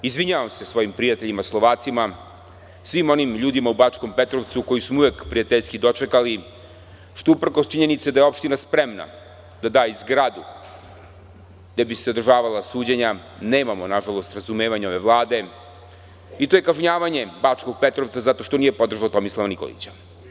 Izvinjavam se svojim prijateljima Slovacima, svim onim ljudima u Bačkom Petrovcu koji su me uvek prijateljski dočekali, što uprkos činjenici da je opština spremna da da i zgradu gde bi se održavala suđenja, nažalost nemamo razumevanje ove Vlade i to je kažnjavanje Bačkog Petrovca zato što nije podržao Tomislava Nikolića.